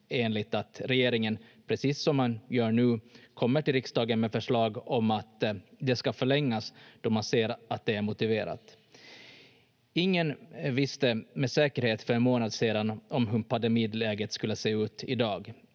att regeringen, precis som man gör nu, kommer till riksdagen med förslag om att den ska förlängas då man ser att det är motiverat. Ingen visste med säkerhet för en månad sedan hur pandemiläget skulle se ut i dag.